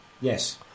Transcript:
yes